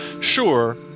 Sure